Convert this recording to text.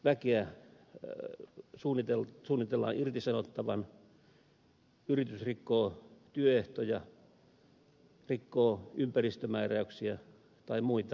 äkkiä ja suunnitellut suunnitella väkeä suunnitellaan irtisanottavan yritys rikkoo työehtoja rikkoo ympäristömääräyksiä tai muita